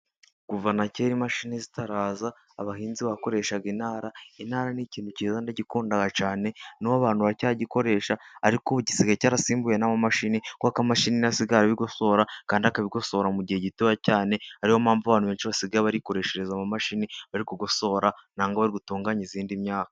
Kuva na kera imashini zitaraza, abahinzi bakoreshaga intara, intara ni ikintu cyiza ndagikunda cyane, n'ubu abantu uracyagikoresha, ariko ubu igisigaye cyarasimbuwe n'amamashi, kubera ko amamashini niyo asigaye kabigosora mu gihe gitoya cyane, ariyo mpamvu abantu benshi basigaye barikoreshereza amamashini bari kugosora, cyangwa gutunganya indi myaka.